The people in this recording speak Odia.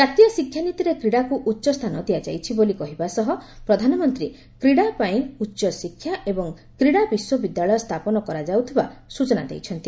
ଜାତୀୟ ଶିକ୍ଷାନୀତିରେ କ୍ରିଡ଼ାକୁ ଉଚ୍ଚସ୍ଥାନ ଦିଆଯାଇଛି ବୋଲି କହିବା ସହ ପ୍ରଧାନମନ୍ତ୍ରୀ କ୍ରିଡ଼ାପାଇଁ ଉଚ୍ଚଶିକ୍ଷା ଏବଂ କ୍ରିଡ଼ା ବିଶ୍ୱବିଦ୍ୟାଳୟ ସ୍ଥାପନ କରାଯାଉଥିବା ସ୍ନଚନା ଦେଇଛନ୍ତି